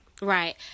Right